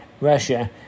Russia